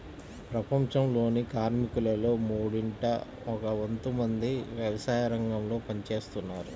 ప్రపంచంలోని కార్మికులలో మూడింట ఒక వంతు మంది వ్యవసాయరంగంలో పని చేస్తున్నారు